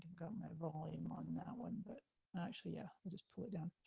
got my roll aim on that one, but actually, yeah, and just pull it down.